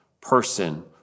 person